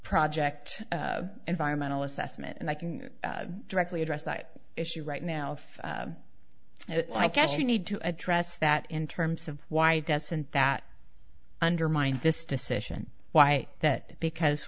project environmental assessment and i can directly address that issue right now if it's like you need to address that in terms of why doesn't that undermine this decision why that because